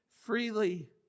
freely